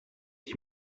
qui